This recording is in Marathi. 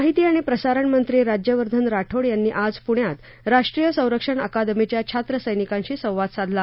माहिती आणि प्रसारणमंत्री राज्यवर्धन राठोड यांनी आज प्ण्यात राष्ट्रीय संरक्षण अकादमीच्या छात्रसैनिकांशी संवाद साधला